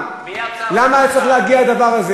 כל הנאום זה על הבית היהודי?